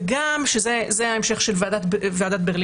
וגם וזה ההמשך של ועדת ברלינר